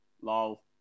Lol